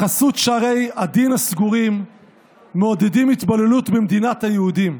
בחסות שערי הדין הסגורים מעודדים התבוללות במדינת היהודים.